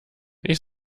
ich